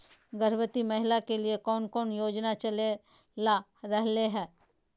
गर्भवती महिला के लिए कौन कौन योजना चलेगा रहले है?